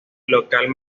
local